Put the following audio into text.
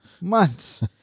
Months